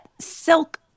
Silk